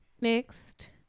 Next